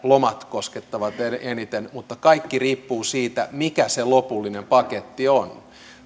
lomat koskettavat eniten mutta kaikki riippuu siitä mikä se lopullinen paketti on